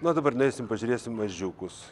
na dabar nueisim pažiūrėsim mažiukus